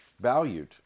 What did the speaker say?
valued